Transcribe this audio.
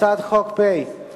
הצעת חוק פ/2377,